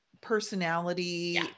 personality